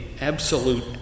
absolute